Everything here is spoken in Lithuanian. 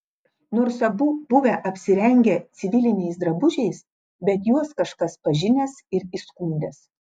nors abu buvę apsirengę civiliniais drabužiais bet juos kažkas pažinęs ir įskundęs